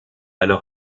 alors